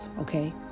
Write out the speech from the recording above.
okay